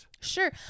sure